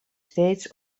steeds